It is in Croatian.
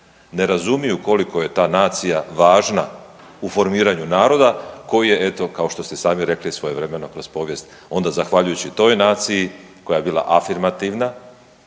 Ne razumiju koliko je ta nacija važna u formiranju naroda koji je eto kao što ste i sami rekli svojevremeno kroz povijest onda zahvaljujući toj naciji koja je bila afirmativna